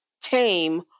tame